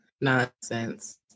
Nonsense